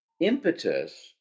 impetus